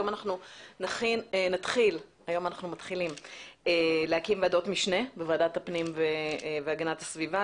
היום נתחיל להקים ועדות משנה בוועדת הפנים והגנת הסביבה.